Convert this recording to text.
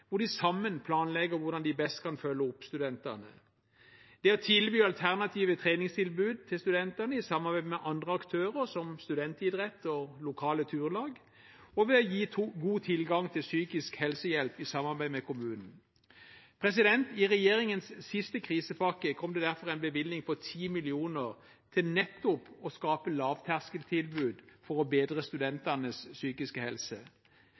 å tilby alternative treningstilbud til studentene i samarbeid med andre aktører, som studentidrett og lokale turlag, og ved å gi god tilgang til psykisk helsehjelp i samarbeid med kommunen. I regjeringens siste krisepakke kom det derfor en bevilgning på 10 mill. kr til nettopp å skape lavterskeltilbud for å bedre studentenes psykiske helse.